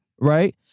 Right